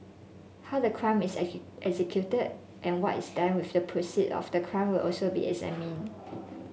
how the crime is executed and what is done with the proceeds of the crime will also be examined